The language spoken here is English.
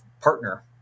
partner